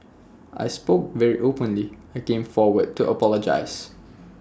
I spoke very openly I came forward to apologise